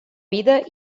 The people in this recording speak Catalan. vida